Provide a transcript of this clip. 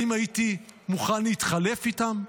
האם הייתי מוכן להתחלף איתם?